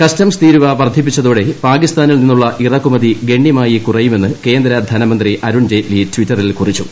customs തീരുവ വർദ്ധി പ്പിച്ചതോടെ പാകിസ്ഥാനിൽ നിന്നുള്ള ഇറക്കുമതി ഗണ്യമായി കുറയുമെന്ന് കേന്ദ്ര ധനമന്ത്രി അരുൺ ജയ്റ്റ്ലി ടിറ്ററിൽ കുറിച്ചു